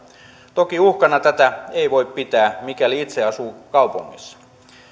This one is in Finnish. toki uhkana tätä ei voi pitää mikäli itse asuu kaupungissa